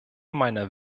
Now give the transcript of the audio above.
meiner